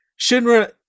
Shinra